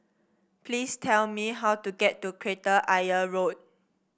please tell me how to get to Kreta Ayer Road